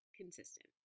consistent